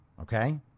Okay